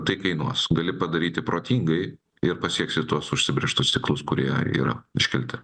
tai kainuos gali padaryti protingai ir pasieksi tuos užsibrėžtus tikslus kurie yra iškelti